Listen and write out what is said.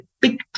big